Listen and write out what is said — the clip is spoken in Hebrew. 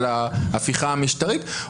על ההפיכה המשטרית.